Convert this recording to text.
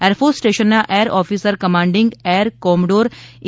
air force સ્ટેશનના air officer commanding air commodore ઇ